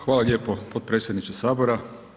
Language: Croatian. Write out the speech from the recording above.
Hvala lijepo potpredsjedniče Sabora.